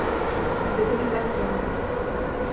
ᱡᱚᱛᱚᱠᱷᱚᱱ ᱞᱟᱥᱴ ᱵᱟᱞᱟ